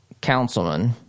councilman